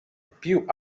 più